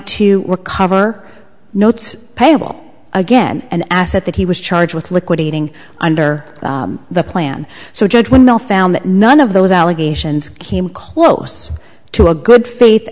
to recover notes payable again an asset that he was charged with liquidating under the plan so judge will found that none of those allegations came close to a good faith